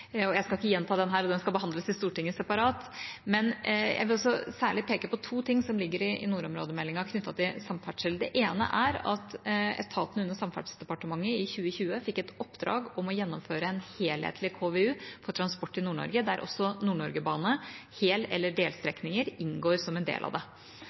Jeg skal ikke gjenta den her, den skal jo behandles i Stortinget separat, men jeg vil særlig peke på to ting som ligger i nordområdemeldinga knyttet til samferdsel. Det ene er at etatene under Samferdselsdepartementet i 2020 fikk i oppdrag å gjennomføre en helhetlig KVU for transport i Nord-Norge, der også Nord-Norgebanen, hel- eller delstrekninger, inngår som en del av det.